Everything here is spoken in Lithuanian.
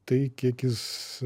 tai kiek jis